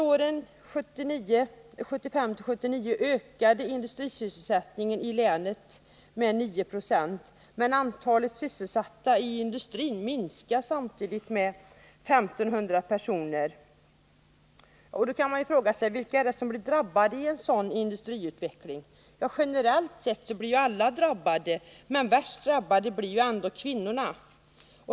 Åren 1975-1979 ökade industrisysselsättningen i länet med 9 26, men antalet sysselsatt i industrin har minskat med närmare 1 500 personer. Man kan fråga sig vilka som drabbas vid en sådan industriutveckling. Ja, generellt blir alla drabbade, men värst drabbas ändå kvinnorna.